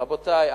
רבותי,